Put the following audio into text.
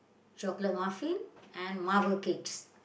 chocolate muffin and marble cakes